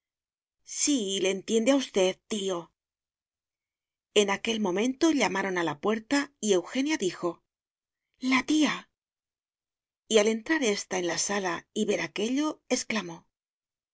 sí le entiende a usted tío en aquel momento llamaron a la puerta y eugenia dijo la tía y al entrar ésta en la sala y ver aquello